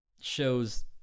shows